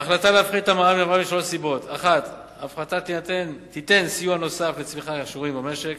ההחלטה להפחית את המע"מ נבעה משלוש סיבות: 1. ההפחתה תיתן סיוע נוסף לצמיחה שרואים במשק,